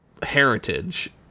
heritage